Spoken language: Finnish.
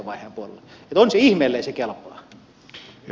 että on se ihme ellei se kelpaa